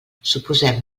suposem